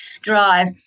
drive